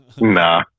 Nah